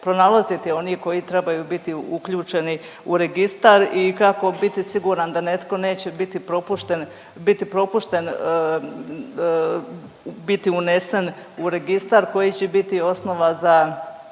pronalaziti oni koji trebaju biti uključeni u registar i kako biti siguran da netko neće biti propušten, biti propušten biti unesen u registar koji će biti osnova za